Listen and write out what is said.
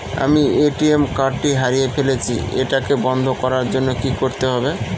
আমি ATM card টি হারিয়ে ফেলেছি এটাকে বন্ধ করার জন্য কি করতে হবে?